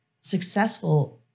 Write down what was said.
successful